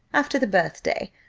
after the birthday,